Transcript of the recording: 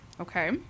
Okay